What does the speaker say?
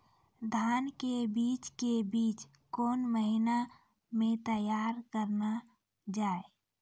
धान के बीज के बीच कौन महीना मैं तैयार करना जाए?